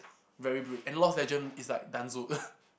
very and lost legend is like